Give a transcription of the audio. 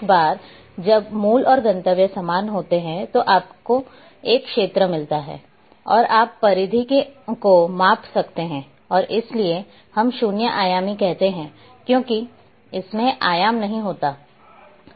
एक बार जब मूल और गंतव्य समान होते हैं तो आपको एक क्षेत्र मिलता है और आप परिधि को माप सकते हैं और इसीलिए हम शून्य आयामी कहते हैं क्योंकि इसमें आयाम नहीं होता है